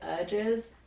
urges